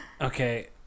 okay